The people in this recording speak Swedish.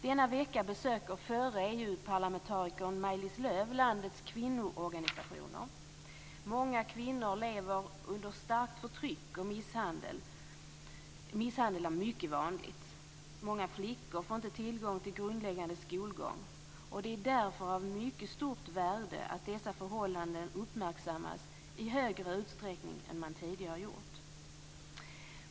Denna vecka besöker förra EU-parlamentarikern Maj-Lis Lööv landets kvinnoorganisationer. Många kvinnor lever under starkt förtryck, och misshandel är mycket vanlig. Många flickor får inte tillgång till grundläggande skolgång. Det är av mycket stort värde att dessa förhållanden uppmärksammas i större utsträckning än vad som tidigare har skett.